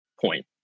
point